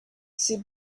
c’est